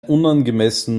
unangemessen